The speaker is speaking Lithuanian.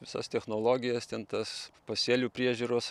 visas technologijas ten tas pasėlių priežiūros